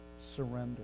surrender